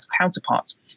counterparts